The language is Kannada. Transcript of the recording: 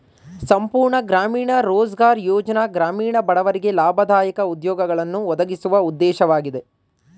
ಸಂಪೂರ್ಣ ಗ್ರಾಮೀಣ ರೋಜ್ಗಾರ್ ಯೋಜ್ನ ಗ್ರಾಮೀಣ ಬಡವರಿಗೆ ಲಾಭದಾಯಕ ಉದ್ಯೋಗಗಳನ್ನು ಒದಗಿಸುವ ಉದ್ದೇಶವಾಗಿದೆ